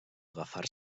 agafar